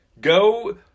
Go